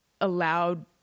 allowed